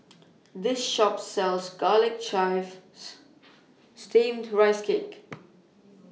This Shop sells Garlic Chives Steamed Rice Cake